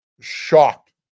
shocked